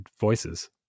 voices